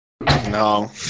no